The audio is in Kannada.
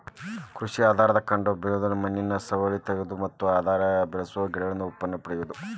ಕೃಷಿ ಆಧಾರದ ಕಾಡು ಬೆಳ್ಸೋದ್ರಿಂದ ಮಣ್ಣಿನ ಸವಕಳಿ ತಡೇಬೋದು ಮತ್ತ ಅದ್ರಾಗ ಬೆಳಸೋ ಗಿಡಗಳಿಂದ ಉತ್ಪನ್ನನೂ ಪಡೇಬೋದು